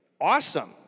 awesome